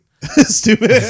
Stupid